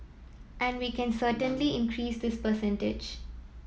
and we can certainly increase this percentage